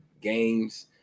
games